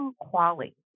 quality